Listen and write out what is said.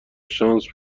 شانس